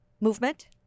movement